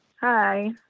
Hi